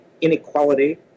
inequality